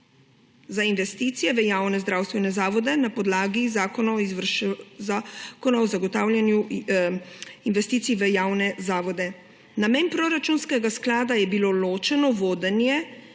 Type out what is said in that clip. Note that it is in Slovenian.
za investicije v javne zdravstvene zavode na podlagi Zakona o zagotavljanju investicij v javne zavode. Namen proračunskega sklada je bil ločeno vodenje